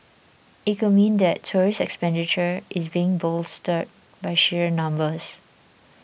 it could mean that tourist expenditure is being bolstered by sheer numbers